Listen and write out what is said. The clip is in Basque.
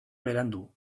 berandu